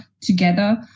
together